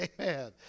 Amen